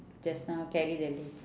just now carry the leg